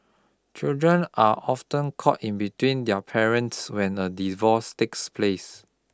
children are often caught in between their parents when a divorce takes place